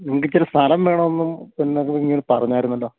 നിങ്ങൾക്ക് ഇച്ചിരി സ്ഥലം വേണമെന്നും എന്നൊക്കെ ഇങ്ങനെ പറഞ്ഞായിരുന്നല്ലോ